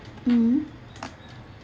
mmhmm